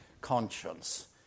conscience